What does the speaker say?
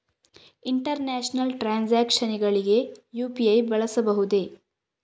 International transactions ಗಳಿಗೆ UPI ಬಳಸಬಹುದೇ?